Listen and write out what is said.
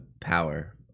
power